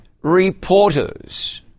reporters